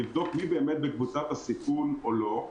לבדוק מי באמת בקבוצת הסיכון או לא.